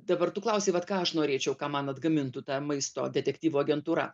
dabar tu klausei vat ką aš norėčiau ką man atgamintų ta maisto detektyvų agentūra